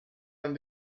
dann